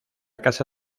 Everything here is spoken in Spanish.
casa